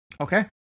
Okay